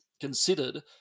considered